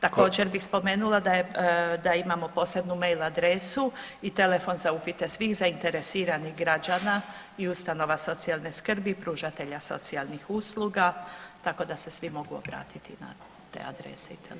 Također bi spomenula da imamo posebnu mail adresu i telefon za upite svih zainteresiranih građana i ustanova socijalne skrbi pružatelja socijalnih usluga tako da se svi mogu obratiti na te adrese i telefone.